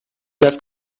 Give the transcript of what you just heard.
las